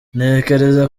ntekereza